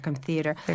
Theatre